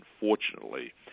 unfortunately